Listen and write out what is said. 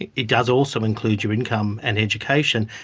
it it does also include your income and education.